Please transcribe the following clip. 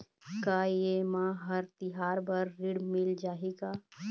का ये मा हर तिहार बर ऋण मिल जाही का?